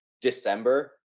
December